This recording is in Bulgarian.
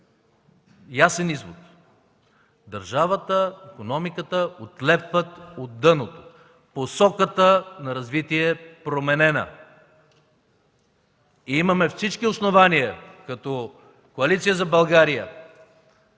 ясен извод – държавата, икономиката отлепват от дъното, посоката на развитие е променена! Имаме всички основания като Коалиция за България